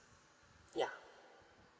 yeah